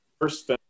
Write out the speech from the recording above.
first